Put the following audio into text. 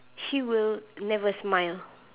she will never smile